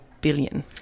billion